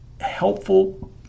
helpful